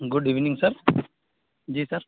good evening sir ji sir